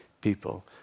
people